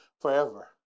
Forever